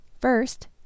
First